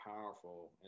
powerful